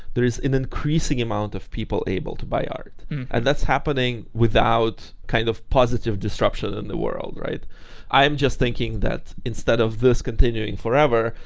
there is an increasing amount of people able to buy art and that's happening without kind of positive disruption in the world. i'm just thinking that instead of this continuing forever,